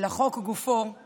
לחוק גופו אני